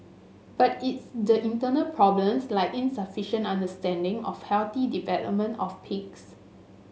but it's the internal problems like insufficient understanding of healthy development of pigs